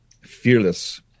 fearless